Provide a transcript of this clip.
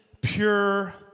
pure